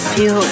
Feel